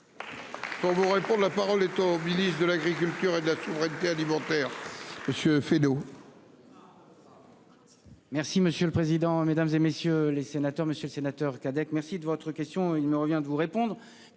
Pour vous répondre. La parole est à au ministre de l'Agriculture et de la souveraineté alimentaire. Monsieur